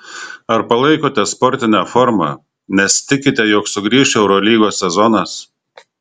ar palaikote sportinę formą nes tikite jog sugrįš eurolygos sezonas